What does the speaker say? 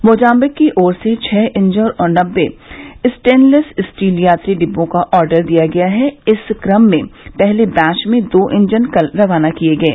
Mozambique की ओर से छह इंजन और नब्बे स्टेनलेस स्टील यात्री डिब्बों का ऑर्डर दिया गया है इस क्रम में पहले बैच में दो इंजन कल रवाना किये गये